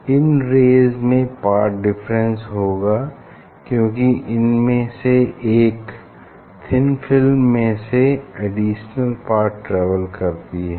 इन rays में path difference होगा क्यूंकि इनमें से एक थिन फिल्म में से अडिशनल पाथ ट्रेवल करती है